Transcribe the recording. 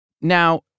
Now